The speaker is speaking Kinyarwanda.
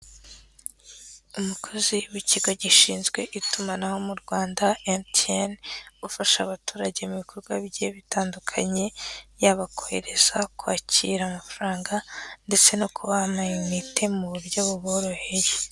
Umukozi w'ikigo gishinzwe itumanaho mu Rwanda MTN ufasha abaturage ibikorwa bigiye bitandukanye yaba kohereza, kwakira amafaranga ndetse no kubaha imayinite mu buryo buboroheye.